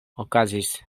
okazis